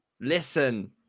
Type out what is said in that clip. listen